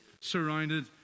surrounded